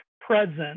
present